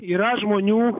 yra žmonių